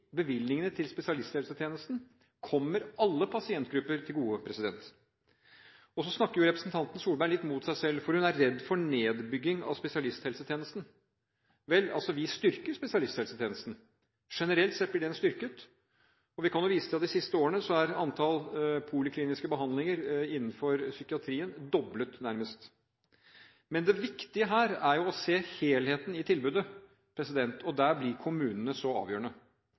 bevilgningene til spesialisthelsetjenesten kommer derfor alle pasientgrupper til gode. Så snakker jo representanten Solberg litt mot seg selv, for hun er redd for nedbygging av spesialisthelsetjenesten. Vel, vi styrker spesialisthelsetjenesten. Generelt sett blir den styrket, og vi kan vise til at de siste årene er antall polikliniske behandlinger innenfor psykiatrien nærmest doblet. Men det viktige her er å se helheten i tilbudet, og der blir kommunene så avgjørende